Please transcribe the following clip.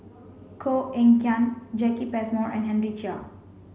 Koh Eng Kian Jacki Passmore and Henry Chia